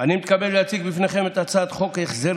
אני מתכבד להציג בפניכם את הצעת חוק החזר